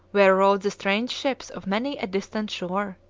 where rode the strange ships of many a distant shore?